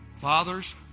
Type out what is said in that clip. fathers